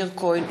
מאיר כהן,